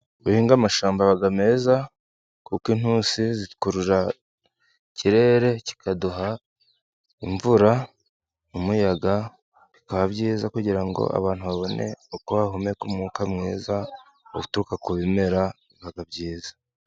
Duhinge amashamba aba meza, kuko intusi zikurura ikirere kikaduha imvura, umuyaga, bikaba byiza kugira ngo abantu babone uko bahumeka umwuka mwiza uturuka ku bimera, biba byiza.